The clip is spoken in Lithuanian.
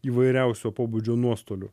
įvairiausio pobūdžio nuostolių